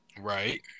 Right